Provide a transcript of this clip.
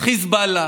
חיזבאללה,